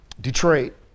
Detroit